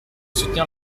soutenir